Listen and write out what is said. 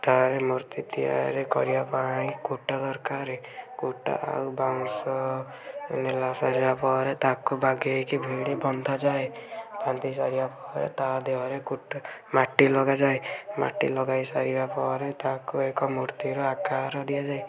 ସେଠାରେ ମୂର୍ତ୍ତି ତିଆରି କରିବା ପାଇଁ କୁଟା ଦରକାରେ କୁଟା ଆଉ ବାଉଁଶ ନେଲା ସାରିବା ପରେ ତାକୁ ବାଗେଇକି ଭିଡ଼ି ବନ୍ଧାଯାଏ ବାନ୍ଧି ସାରିବା ପରେ ତା ଦେହରେ କୁଟା ମାଟି ଲଗାଯାଏ ମାଟି ଲଗାଇ ସାରିବା ପରେ ତାକୁ ଏକ ମୂର୍ତ୍ତିର ଆକାର ଦିଆଯାଏ